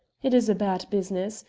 it is a bad business.